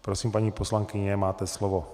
Prosím, paní poslankyně, máte slovo.